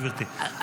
גברתי,